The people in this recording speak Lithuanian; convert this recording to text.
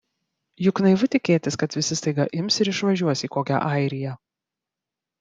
juk naivu tikėtis kad visi staiga ims ir išvažiuos į kokią airiją